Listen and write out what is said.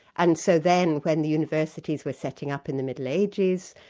and so then when the universities were setting up in the middle ages,